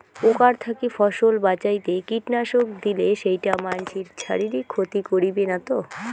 পোকার থাকি ফসল বাঁচাইতে কীটনাশক দিলে সেইটা মানসির শারীরিক ক্ষতি করিবে না তো?